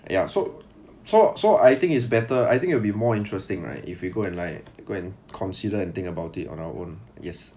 ya so so I think is better I think it'll be more interesting right if you go and like go and consider and think about it on our own yes